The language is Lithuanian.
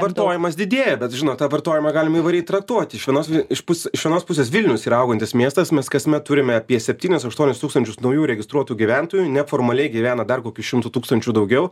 vartojimas didėja bet žinot tą vartojimą galim įvairiai traktuoti iš vienos iš pus iš vienos pusės vilnius yra augantis miestas mes kasmet turime apie septynis aštuonis tūkstančius naujų registruotų gyventojų neformaliai gyvena dar kokį šimtu tūkstančiu daugiau